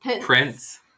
Prince